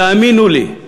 תאמינו לי.